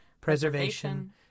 preservation